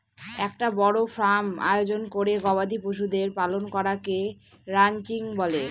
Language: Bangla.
একটা বড় ফার্ম আয়োজন করে গবাদি পশুদের পালন করাকে রানচিং বলে